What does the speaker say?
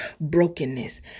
brokenness